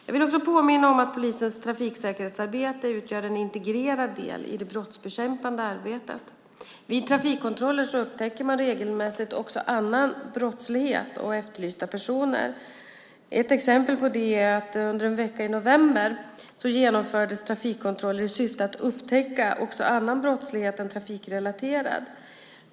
Jag vill också påminna om att polisens trafiksäkerhetsarbete utgör en integrerad del i det brottsbekämpande arbetet. Vid trafikkontroller upptäcker man regelmässigt också annan brottslighet och efterlysta personer. Ett exempel på det är att under en vecka i november genomfördes trafikkontroller i syfte att upptäcka också annan brottslighet än trafikrelaterad.